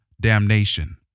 damnation